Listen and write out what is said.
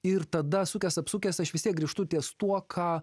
ir tada sukęs apsukęs aš vis tiek grįžtu ties tuo ką